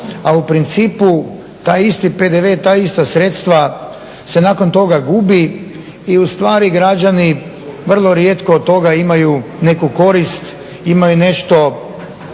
a u principu taj isti PDV ta ista sredstva se nakon toga gubi i ustvari građani vrlo rijetko od toga imaju neku korist, imaju nešto